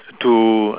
to